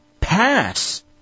pass